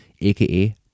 aka